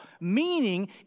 Meaning